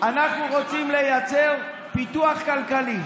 אנחנו רוצים לייצר פיתוח כלכלי.